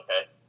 Okay